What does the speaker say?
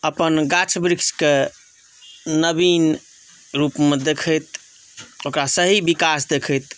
अपन गाछ वृक्षके नवीन रूपमे देखैत ओकरा सही विकास देखैत